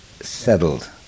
settled